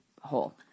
hole